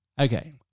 Okay